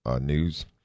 news